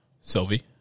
Sylvie